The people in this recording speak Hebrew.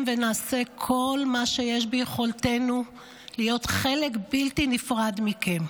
ונעשה כל מה שיש ביכולתנו להיות חלק בלתי נפרד מכם.